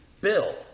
bill